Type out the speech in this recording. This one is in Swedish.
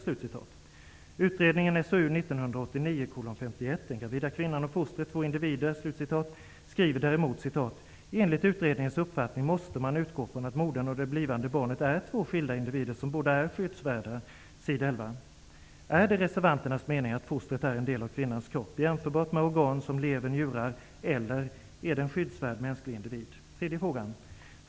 På s. 11 i utredningen SOU 1989:51, Den gravida kvinnan och fostret -- två individer, skriver man däremot: ''Enligt utredningens uppfattning måste man utgå från att modern och det blivande barnet är två skilda individer som båda är skyddsvärda.'' Är det reservanternas mening att fostret är en del av kvinnans kropp, jämförbart med organ som lever och njurar, eller är det en skyddsvärd, mänsklig individ?